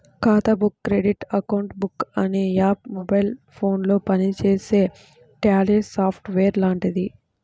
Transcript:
ఖాతా book credit account book అనే app mobile ఫోనులో పనిచేసే ట్యాలీ సాఫ్ట్ వేర్ లాంటిది